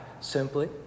simply